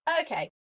Okay